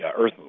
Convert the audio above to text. Earth